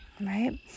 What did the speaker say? right